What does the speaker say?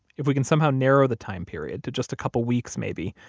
if we can somehow narrow the time period to just a couple weeks, maybe,